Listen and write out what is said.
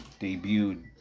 debuted